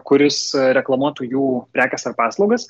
kuris reklamuotų jų prekės ar paslaugas